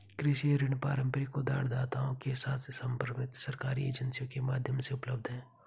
कृषि ऋण पारंपरिक उधारदाताओं के साथ समर्पित सरकारी एजेंसियों के माध्यम से उपलब्ध हैं